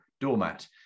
doormat